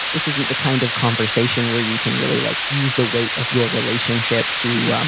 this isn't the kind of conversation where you can really, like, use the weight of your relationship to um